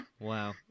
Wow